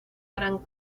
gran